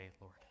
Lord